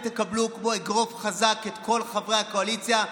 אלא אתם תקבלו כמו אגרוף חזק את כל חברי הקואליציה,